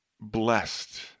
blessed